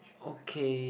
okay